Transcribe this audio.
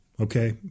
Okay